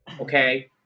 Okay